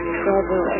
trouble